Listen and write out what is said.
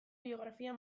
biografia